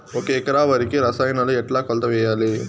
ఒక ఎకరా వరికి రసాయనాలు ఎట్లా కొలత వేయాలి?